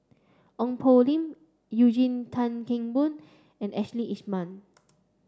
Ong Poh Lim Eugene Tan Kheng Boon and Ashley Isham